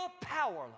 powerless